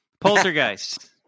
Poltergeist